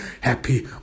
happy